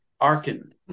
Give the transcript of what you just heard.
Arkin